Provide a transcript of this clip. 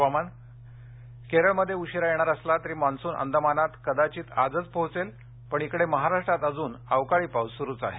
हुवामान केरळमध्ये उशीरा येणार असला तरी मान्सून अंदमानात कदाचित आजच पोहोचेल पण इकडे महाराष्ट्रात अजून अवकाळी पाऊस सुरूच आहे